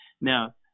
Now